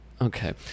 Okay